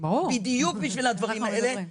בדיוק בשביל הדברים האלה,